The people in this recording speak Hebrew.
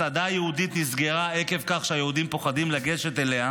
מסעדה יהודית נסגרה עקב כך שהיהודים פוחדים לגשת אליה,